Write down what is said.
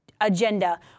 agenda